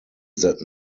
that